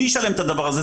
מי ישלם את הדבר הזה?